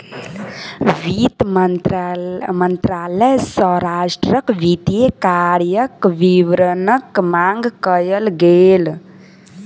वित्त मंत्रालय सॅ राष्ट्रक वित्तीय कार्यक विवरणक मांग कयल गेल